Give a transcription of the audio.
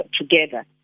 together